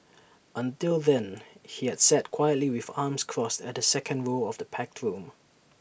until then he had sat quietly with arms crossed at the second row of the packed room